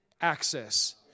access